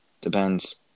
Depends